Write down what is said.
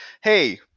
hey